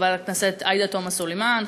חברת הכנסת עאידה תומא סלימאן,